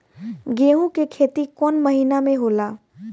गेहूं के खेती कौन महीना में होला?